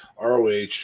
ROH